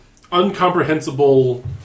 uncomprehensible